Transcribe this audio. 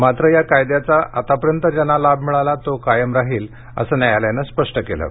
मात्र या कायद्याचा आतापर्यंत ज्यांना लाभ मिळाला आहे तो कायम राहील असं न्यायालयानं स्पष्ट केलं आहे